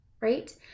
right